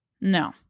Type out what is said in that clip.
No